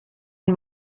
own